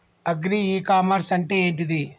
Agri e commerce అంటే ఏంటిది?